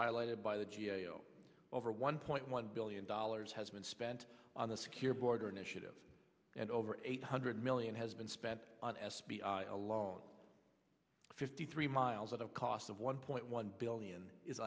highlighted by the g a o over one point one billion dollars has been spent on the secure border initiative and over eight hundred million has been spent on s b a alone fifty three miles at a cost of one point one billion is